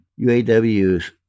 UAW's